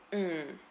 mm